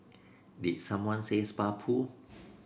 did someone say spa pool